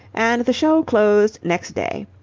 and the show closed next day.